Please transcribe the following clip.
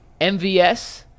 MVS